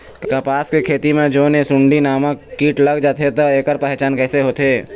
कपास के खेती मा जोन ये सुंडी नामक कीट लग जाथे ता ऐकर पहचान कैसे होथे?